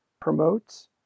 Promotes